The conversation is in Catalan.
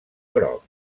groc